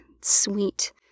sweet